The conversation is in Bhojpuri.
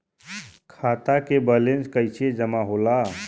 खाता के वैंलेस कइसे जमा होला?